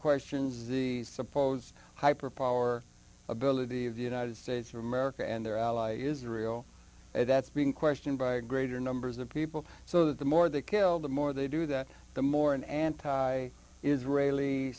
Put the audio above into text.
questions the supposed hyper power ability of the united states of america and their ally israel that's being questioned by a greater numbers of people so the more they kill the more they do that the more an anti israeli